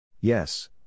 Yes